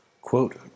Quote